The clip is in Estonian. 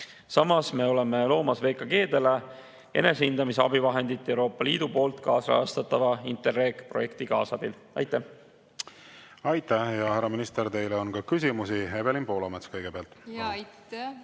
Samas me oleme loomas [VKE]‑dele enesehindamise abivahendit Euroopa Liidu poolt kaasrahastatava Interreg-projekti kaasabil. Aitäh! Aitäh, härra minister! Teile on ka küsimusi. Evelin Poolamets kõigepealt. Aitäh,